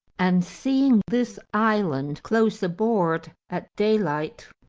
and seeing this island close aboard at daylight,